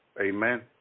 Amen